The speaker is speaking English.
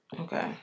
Okay